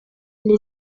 les